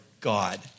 God